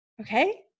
okay